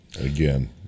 again